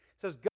says